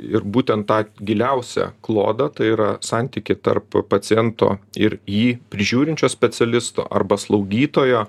ir būtent tą giliausią klodą tai yra santykį tarp paciento ir jį prižiūrinčio specialisto arba slaugytojo